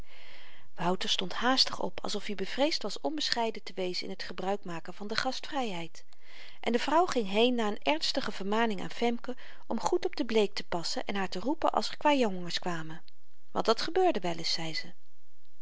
wouter stond haastig op alsof i bevreesd was onbescheiden te wezen in t gebruik maken van de gastvryheid en de vrouw ging heen na een ernstige vermaning aan femke om goed op de bleek te passen en haar te roepen als r kwaêjongens kwamen want dat gebeurde wel eens zei ze